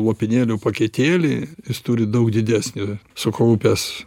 lopinėlių paketėlį jis turi daug didesnį sukaupęs